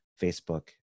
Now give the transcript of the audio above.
Facebook